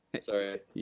Sorry